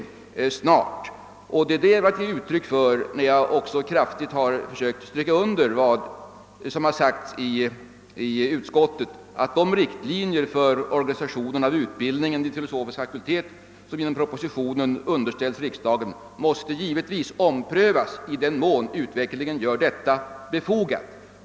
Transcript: Det var den saken jag försökte ge uttryck åt när jag underströk vad som sagts i utskottet, nämligen att de riktlinjer för organisationen av utbildningen vid filosofisk fakultet, som i och med propositionen underställts riksdagen, givetvis måste omprövas i den mån utvecklingen gör detta befogat.